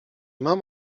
mam